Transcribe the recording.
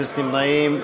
אפס נמנעים.